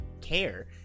care